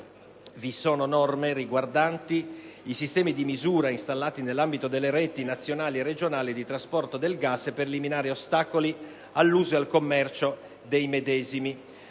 contiene norme per i sistemi di misura installati nell'ambito delle reti nazionali e regionali di trasporto del gas e per eliminare ostacoli all'uso e al commercio degli stessi.